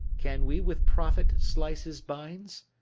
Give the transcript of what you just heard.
can we with profit slice his binds?